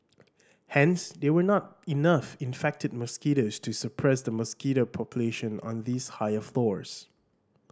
hence there were not enough infected mosquitoes to suppress the mosquito population on these higher floors